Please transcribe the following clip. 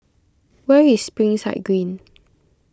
where is Springside Green